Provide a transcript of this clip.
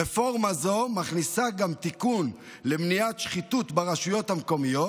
רפורמה זו מכניסה גם תיקון למניעת שחיתות ברשויות המקומיות,